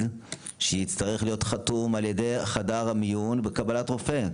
שיצטרך להיות חתום על ידי חדר המיון בקבלת רופא.